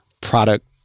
product